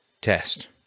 test